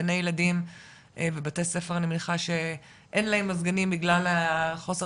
גני ילדים ובתי ספר אני מניחה שאין להם מזגנים בגלל החוסר